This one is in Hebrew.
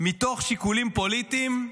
מתוך שיקולים פוליטיים.